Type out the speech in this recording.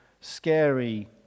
scary